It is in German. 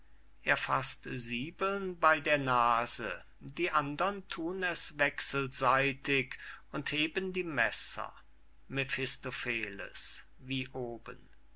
er faßt siebeln bei der nase die andern thun es wechselseitig und heben die messer mephistopheles wie oben